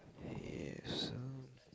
yes